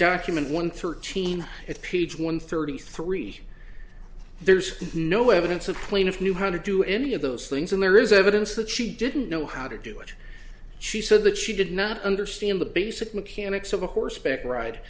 document one thirteen it's peach one thirty three there's no evidence of plaintiff knew hundred do any of those things and there is evidence that she didn't know how to do it she said that she did not understand the basic mechanics of a horseback ride